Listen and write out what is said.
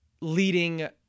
leading